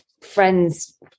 friends